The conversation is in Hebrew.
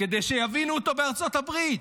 כדי שיבינו אותו בארצות הברית.